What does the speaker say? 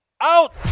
Out